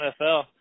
NFL